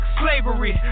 slavery